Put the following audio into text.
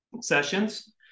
sessions